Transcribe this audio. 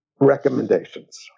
recommendations